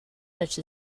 such